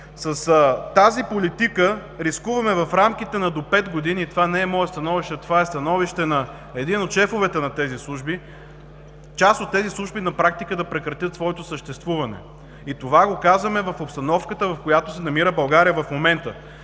с тази политика рискуваме в рамките на до пет години – това не е мое становище, това е становище на един от шефовете на тези служби – част от тези служби на практика да прекратят своето съществуване. И това го казваме в обстановката, в която се намира България в момента.